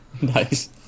Nice